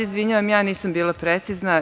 Izvinjavam se, stvarno nisam bila precizna.